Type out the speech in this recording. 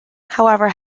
however